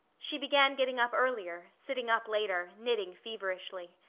she began getting up earlier, sitting up later, knitting feverishly.